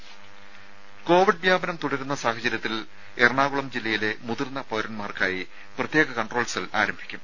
ദേദ കോവിഡ് വ്യാപനം തുടരുന്ന സാഹചര്യത്തിൽ എറണാകുളം ജില്ലയിലെ മുതിർന്ന പൌരന്മാർക്കായി പ്രത്യേക കൺട്രോൾ സെൽ ആരംഭിക്കും